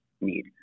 need